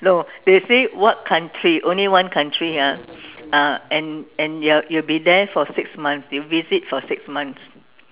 no they say what country only one country ah uh and and you are you will be there for six months you visit for six months